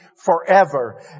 forever